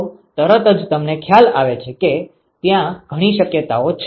તોતરત જ તમને ખ્યાલ આવે છે કે ત્યાં ઘણી શક્યતાઓ છે